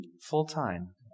full-time